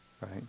right